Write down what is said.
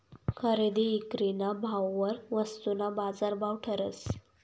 खरेदी ईक्रीना भाववर वस्तूना बाजारभाव ठरस